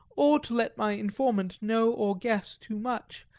or to let my informant know or guess too much,